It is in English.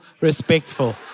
respectful